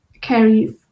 carries